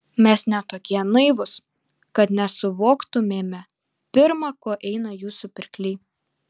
mes ne tokie naivūs kad nesuvoktumėme pirma ko eina jūsų pirkliai